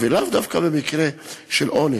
ולאו דווקא במקרה של אונס,